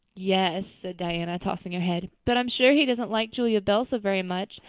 yes, said diana, tossing her head, but i'm sure he doesn't like julia bell so very much.